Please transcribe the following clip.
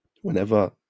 whenever